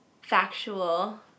factual